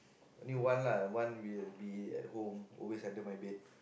a new one lah the one will be at home always under my bed